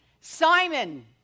Simon